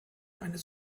eines